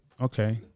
Okay